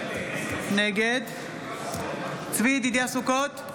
נגד צבי ידידיה סוכות,